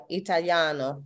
italiano